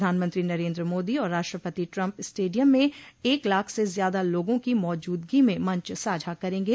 प्रधानमंत्री नरेन्द्र मोदी और राष्ट्रपति ट्रंप स्टेडियम में एक लाख से ज्यादा लोगों की मौजूदगी में मंच साझा करेंगे